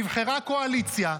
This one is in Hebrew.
נבחרה קואליציה,